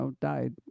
died